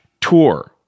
tour